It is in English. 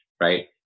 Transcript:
Right